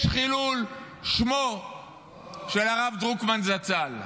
יש חילול שמו של הרב דרוקמן, זצ"ל,